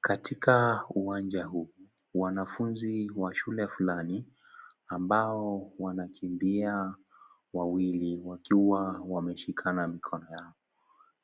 Katika uwanja huu, wanafunzi wa shule fulani, ambao wanakimbia wawili wakiwa wameshikana mikono yao.